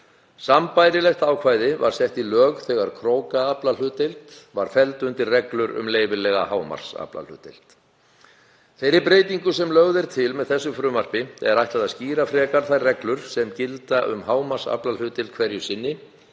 Sambærilegt ákvæði var sett í lög þegar krókaaflahlutdeild var felld undir reglur um leyfilega hámarksaflahlutdeild. Þeirri breytingu sem lögð er til með þessu frumvarpi er ætlað að skýrar frekar þær reglur sem gilda um hámarksaflahlutdeild hverju sinni